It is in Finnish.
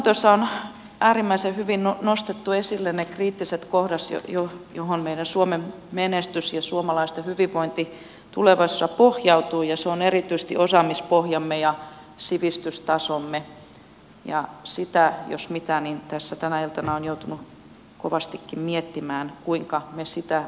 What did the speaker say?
selonteossa on äärimmäisen hyvin nostettu esille ne kriittiset kohdat joihin meidän suomen menestys ja suomalaisten hyvinvointi tulevaisuudessa pohjautuvat ja sitä ovat erityisesti osaamispohjamme ja sivistystasomme ja sitä jos mitä tässä tänä iltana on joutunut kovastikin miettimään kuinka me niitä vahvasti kehitämme